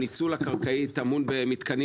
אנחנו לא עוצרים את המתקנים